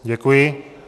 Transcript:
Děkuji.